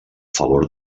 favor